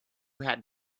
had